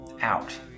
out